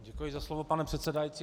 Děkuji za slovo, pane předsedající.